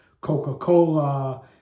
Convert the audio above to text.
Coca-Cola